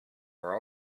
are